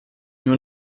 nur